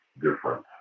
different